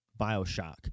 Bioshock